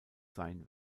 sein